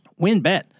WinBet